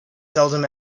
seldom